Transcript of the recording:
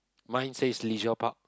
mine says leisure park